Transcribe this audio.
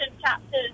chapters